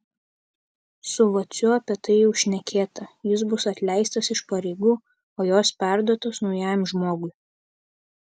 su vaciu apie tai jau šnekėta jis bus atleistas iš pareigų o jos perduotos naujam žmogui